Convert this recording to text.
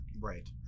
Right